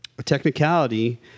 Technicality